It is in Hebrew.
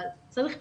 אבל צריך פיקוח.